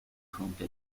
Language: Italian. fronte